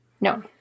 No